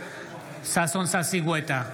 ששון ששי גואטה,